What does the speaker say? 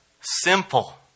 Simple